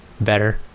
better